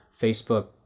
Facebook